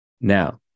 Now